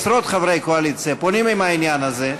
עשרות חברי קואליציה פונים עם העניין הזה,